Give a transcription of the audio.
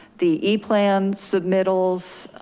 the eplans submittals.